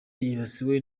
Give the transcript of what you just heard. yibasiwe